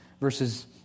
verses